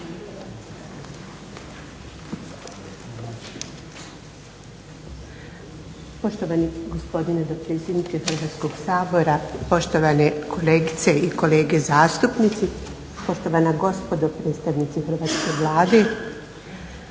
Poštovani gospodine dopredsjedniče Hrvatskog sabora, poštovani kolegice i kolege zastupnici, poštovana gospodo predstavnici Hrvatske Vladi.